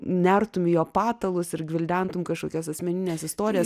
nertum į jo patalus ir gvildentum kažkokias asmenines istorijas